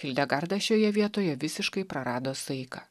hildegarda šioje vietoje visiškai prarado saiką